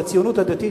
בציונות הדתית,